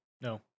No